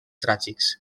tràgics